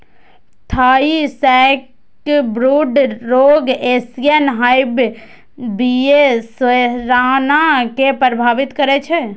Thai sacbrood रोग Asian hive बी.ए सेराना कें प्रभावित करै छै